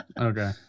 Okay